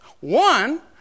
One